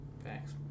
Thanks